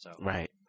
Right